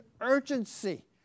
urgency